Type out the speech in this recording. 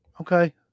Okay